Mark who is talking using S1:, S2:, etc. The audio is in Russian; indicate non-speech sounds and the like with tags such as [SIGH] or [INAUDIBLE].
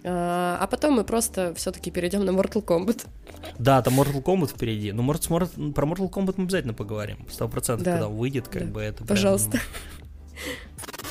S1: А, а потом мы просто всё-таки перейдём на Mortal Kombat.
S2: Да, там Mortal Kombat впереди. Ну, Мортс- Морт- про Mortal Kombat мы обязательно поговорим. 100%,
S1: Да.
S2: когда выйдет, как
S1: Да.
S2: бы, это
S1: Пожалуйста.
S2: прям-
S1: [LAUGHS]